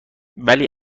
ولی